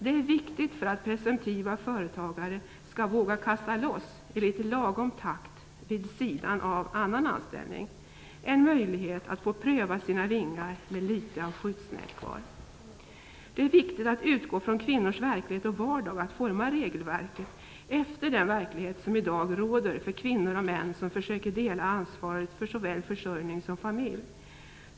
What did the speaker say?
Den är viktig för att presumtiva företagare skall våga kasta loss i litet lagom takt vid sidan av annan anställning, en möjlighet att få pröva sina vingar med litet av skyddsnät kvar. Det är viktigt att utgå från kvinnors verklighet och vardag, att forma regelverket efter den verklighet som i dag råder för kvinnor och män som försöker dela ansvaret för såväl försörjning som familj.